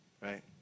right